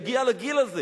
יגיע לגיל הזה.